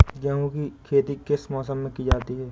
गेहूँ की खेती किस मौसम में की जाती है?